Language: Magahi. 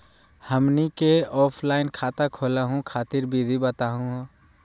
हमनी क ऑफलाइन खाता खोलहु खातिर विधि बताहु हो?